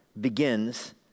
begins